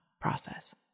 process